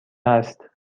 است